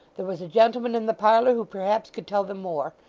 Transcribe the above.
there was a gentleman in the parlour, who perhaps could tell them more.